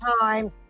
time